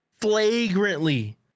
flagrantly